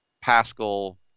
Pascal